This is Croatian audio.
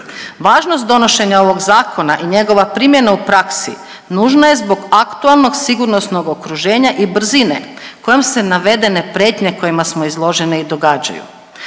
Važnost donošenja ovog zakona i njegova primjena u praksi nužna je zbog aktualnog sigurnosnog okruženja i brzine kojom se navedene pretnje kojima smo izloženi i događaju.